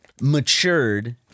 matured